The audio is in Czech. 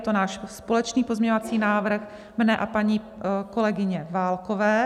Je to náš společný pozměňovací návrh, mne a paní kolegyně Válkové.